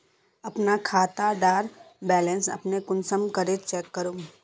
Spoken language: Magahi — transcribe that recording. अपना खाता डार बैलेंस अपने कुंसम करे चेक करूम?